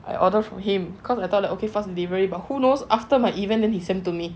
I order from him cause I thought okay fast delivery but who knows after my event then he sent to me